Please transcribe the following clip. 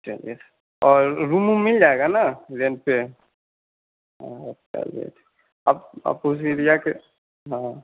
चलिए और रूम वूम मिल जाएगा ना रेंट पर और चलिए ठीक है आप आप उस एरिया के हाँ